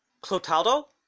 Clotaldo